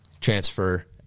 Transfer